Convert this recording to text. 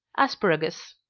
asparagus.